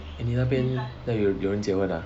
eh 你那边要有人结婚 ah